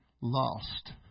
lost